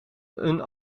een